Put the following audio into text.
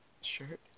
shirt